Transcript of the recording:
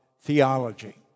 theology